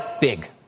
big